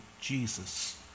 Jesus